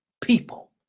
people